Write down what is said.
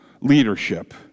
leadership